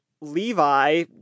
Levi